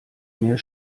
mehr